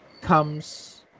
comes